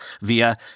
via